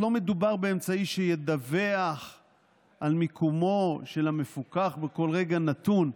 לא מדובר באמצעי שידווח על מיקומו של המפוקח בכל רגע נתון,